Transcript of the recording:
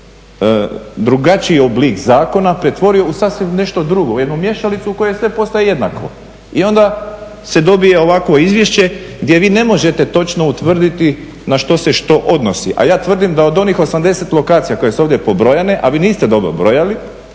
drugačiji oblik zakona pretvorio u sasvim nešto drugo, u jednu mješalicu u kojoj sve postaje jednako. I onda se dobije ovakvo izvješće gdje vi ne možete točno utvrditi na što se što odnosi, a ja tvrdim da od onih 80 lokacija koje su ovdje pobrojane, a vi niste dobro